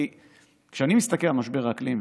כשאני מסתכל על משבר האקלים,